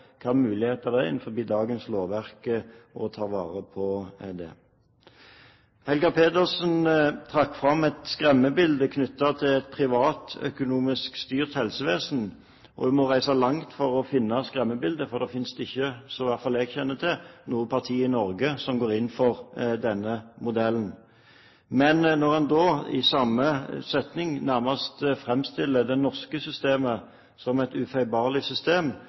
hvilke muligheter det er innenfor dagens lovverk til å ta vare på det. Helga Pedersen trakk fram et skremmebilde knyttet til et privatøkonomisk styrt helsevesen. En må reise langt for å finne det skremmebildet, for det finnes ikke – i hvert fall ikke som jeg kjenner til – noe parti i Norge som går inn for denne modellen. Når en da i samme setning nærmest framstiller det norske systemet som et ufeilbarlig system,